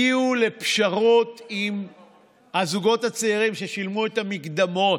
הגיעו לפשרות עם הזוגות הצעירים ששילמו את המקדמות.